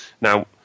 Now